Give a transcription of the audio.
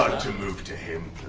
ah to move to him,